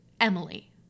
Emily